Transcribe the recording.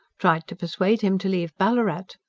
tried to persuade him to leave ballarat.